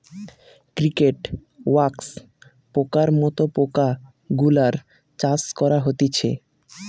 cricket, wax পোকার মত পোকা গুলার চাষ করা হতিছে